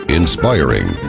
inspiring